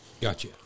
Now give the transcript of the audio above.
gotcha